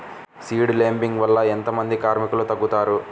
Seed లేంబింగ్ వల్ల ఎంత మంది కార్మికులు తగ్గుతారు?